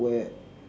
where